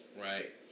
right